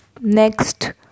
next